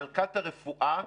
מלכת הרפואה,